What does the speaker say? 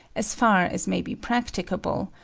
as far as may be practicable,